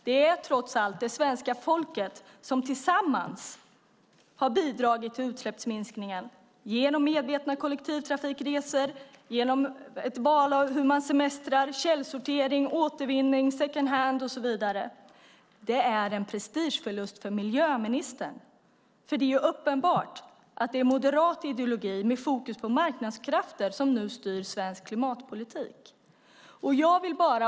Det är trots allt svenska folket som tillsammans har bidragit till utsläppsminskningen genom medvetna kollektivtrafikresor, val av hur man semestrar, källsortering, återvinning, second hand och så vidare. Det är en prestigeförlust för miljöministern. Det är uppenbart att det är moderat ideologi med fokus på marknadskrafter som nu styr svensk klimatpolitik.